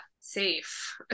safe